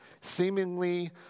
seemingly